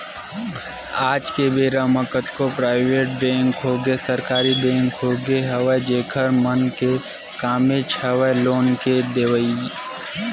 आज के बेरा म कतको पराइवेट बेंक होगे सरकारी बेंक होगे हवय जेखर मन के कामेच हवय लोन के देवई